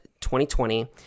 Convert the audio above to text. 2020